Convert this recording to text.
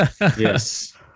Yes